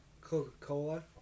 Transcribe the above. Coca-Cola